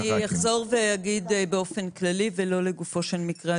אני אחזור ואגיד באופן כללי ולא לגופו של מקרה,